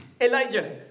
Elijah